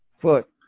foot